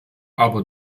aber